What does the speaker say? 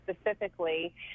specifically